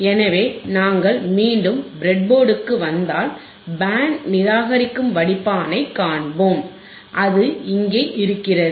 எனவே நாங்கள் மீண்டும் பிரெட்போர்டுக்கு வந்தால் பேண்ட் நிராகரிக்கும் வடிப்பானைக் காண்போம் அது இங்கே இருக்கிறது